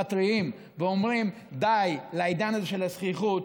מתריעים ואומרים: די לעידן הזה של הזחיחות.